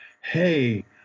hey